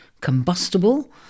combustible